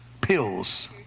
pills